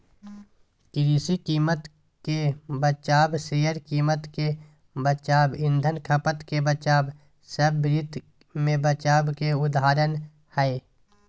कृषि कीमत के बचाव, शेयर कीमत के बचाव, ईंधन खपत के बचाव सब वित्त मे बचाव के उदाहरण हय